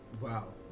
Wow